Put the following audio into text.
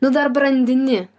nu dar brandini